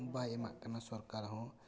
ᱵᱟᱭ ᱮᱢᱟᱜ ᱠᱟᱱᱟ ᱥᱚᱨᱠᱟᱨ ᱦᱚᱸ